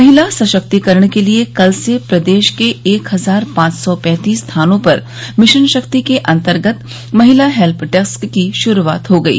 महिला सशक्तिकरण के लिए कल से प्रदेश के एक हजार पांच सौ पैतीस थानों पर मिशन शक्ति के अन्तर्गत महिला हेल्प डेस्क की शुरूआत हो गयी